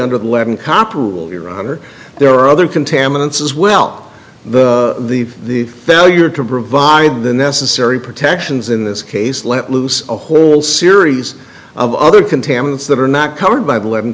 under the lemon copper your honor there are other contaminants as well but the failure to provide the necessary protections in this case let loose a whole series of other contaminants that are not covered by the lemon